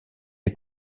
les